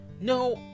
No